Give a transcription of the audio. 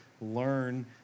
learn